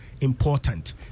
important